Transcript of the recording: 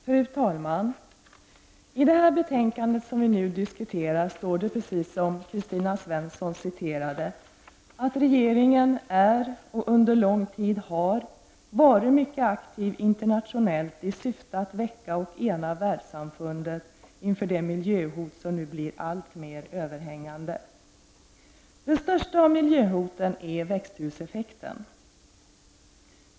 Fru talman! I det betänkandet vi nu diskuterar står det, precis som Kristina Svensson sade, att regeringen är och under lång tid har varit mycket aktiv internationellt i syfte att väcka och ena världssamfundet inför de miljöhot som nu blir allt mer överhängande. Det största av miljöhoten är växthuseffekten.